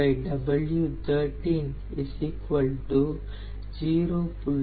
995